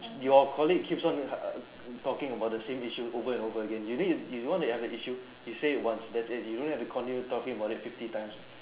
your colleague keeps on err talking about the same issue over and over again you need you know the other issue you say it once that's it don't have to continue talking about it fifty times